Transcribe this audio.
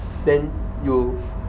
then you